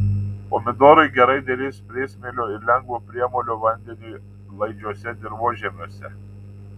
pomidorai gerai derės priesmėlio ir lengvo priemolio vandeniui laidžiuose dirvožemiuose